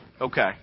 Okay